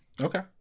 Okay